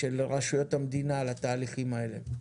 של רשויות המדינה על התהליכים האלה?